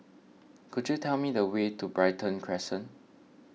could you tell me the way to Brighton Crescent